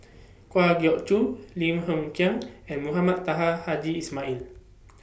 Kwa Geok Choo Lim Hng Kiang and Mohamed Taha Haji Ismail